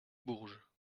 bourges